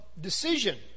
decision